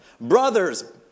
Brothers